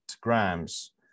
grams